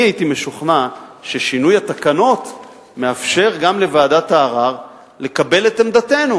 אני הייתי משוכנע ששינוי התקנות מאפשר גם לוועדת הערר לקבל את עמדתנו,